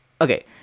Okay